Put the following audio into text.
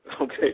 Okay